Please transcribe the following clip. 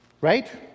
Right